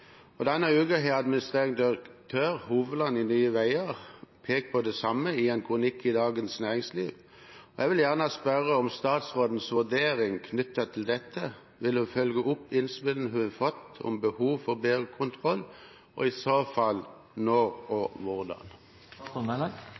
og kontroll med innkjøpene. Denne uken har administrerende direktør Hovland i «Nye Veier» pekt på det samme i en kronikk i Dagens Næringsliv. Jeg vil gjerne spørre om statsrådens vurderinger knyttet til dette. Vil hun følge opp innspillene hun har fått om behov for bedre kontroll, og i så fall når og